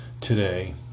today